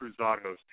cruzados